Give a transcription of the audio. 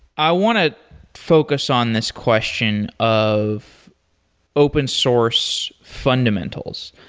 i want to focus on this question of open source fundamentals.